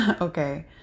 Okay